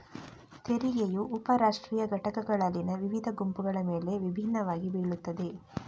ತೆರಿಗೆಯು ಉಪ ರಾಷ್ಟ್ರೀಯ ಘಟಕಗಳಲ್ಲಿನ ವಿವಿಧ ಗುಂಪುಗಳ ಮೇಲೆ ವಿಭಿನ್ನವಾಗಿ ಬೀಳುತ್ತದೆ